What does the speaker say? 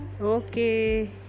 Okay